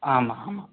ஆமா ஆமா